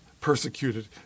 persecuted